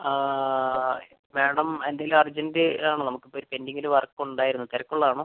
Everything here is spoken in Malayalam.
മാഡം എന്തേലും അർജൻറ്റ് ആണോ നമുക്ക് ഇപ്പോൾ ഒര് പെൻഡിംഗില് വർക്ക് ഉണ്ടായിരുന്നു തിരക്ക് ഉള്ള ആണോ